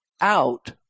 out